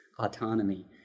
autonomy